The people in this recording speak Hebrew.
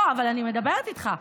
לא, אבל אני מדברת איתך.